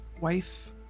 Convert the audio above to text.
wife